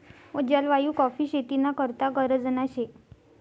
जलवायु काॅफी शेती ना करता गरजना शे